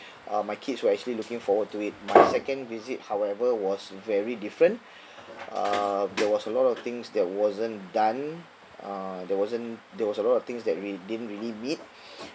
uh my kids were actually looking forward to it my second visit however was very different uh there was a lot of things that wasn't done uh there wasn't there was a lot of things that we didn't really need